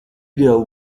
ideal